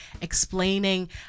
explaining